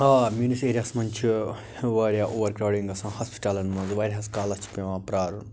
آ میٛٲنِس ایریاہَس منٛز چھِ واریاہ اوٚوَر کرٛاوڈِنٛگ گَژھان ہاسپِٹَلَن منٛز وارِہَس کالَس چھُ پٮ۪وان پرٛارُن